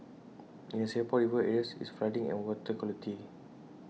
in the Singapore river areas it's flooding and water quality